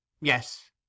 Yes